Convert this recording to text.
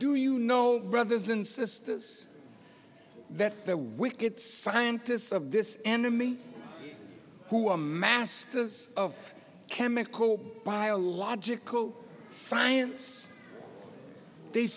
do you know brothers insistence that the wickets scientists of this enemy who are masters of chemical biological science they